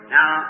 Now